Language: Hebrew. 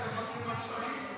עוד פעם מוותרים על שטחים?